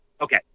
Okay